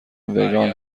وگان